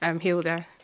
Hilda